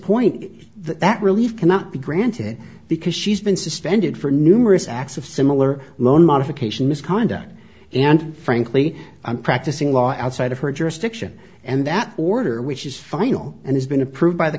point that relief cannot be granted because she's been suspended for numerous acts of similar loan modification misconduct and frankly i'm practicing law outside of her jurisdiction and that order which is final and has been approved by the